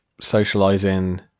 socializing